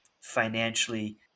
financially